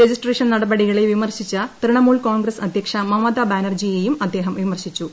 registration നടപടികളെ വിമർശിച്ച തൃണമുൽകോൺഗ്രസ് അധൃക്ഷ മമതാ ബാനർജിയെയും അദ്ദേഹം വിമർശിച്ചു